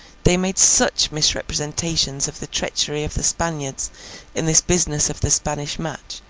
they made such misrepresentations of the treachery of the spaniards in this business of the spanish match,